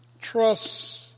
Trust